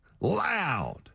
loud